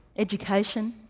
education?